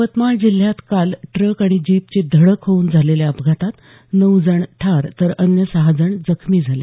यवतमाळ जिल्ह्यात काल ट्रक आणि जीपची धडक होऊन झालेल्या अपघातात नऊ जण ठार तर अन्य सहा जण जखमी झाले